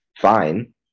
fine